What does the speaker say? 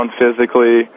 physically